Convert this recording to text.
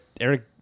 eric